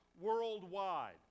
worldwide